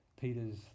Peter's